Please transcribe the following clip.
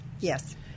Yes